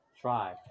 Try